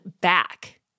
back